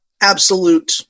absolute